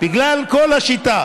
בגלל כל השיטה.